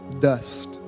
dust